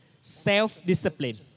self-discipline